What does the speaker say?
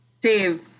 Dave